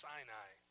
Sinai